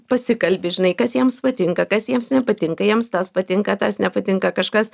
pasikalbi žinai kas jiems patinka kas jiems nepatinka jiems tas patinka tas nepatinka kažkas